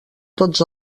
tots